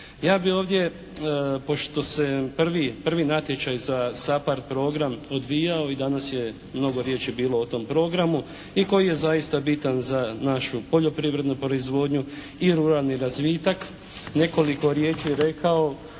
Ja bih ovdje pošto se prvi natječaj za SAPARD program odvijao i danas je mnogo riječi bilo o tom programu i koji je zaista bitan za našu poljoprivrednu proizvodnju i ruralni razvitak nekoliko riječi rekao.